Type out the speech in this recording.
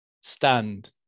Stand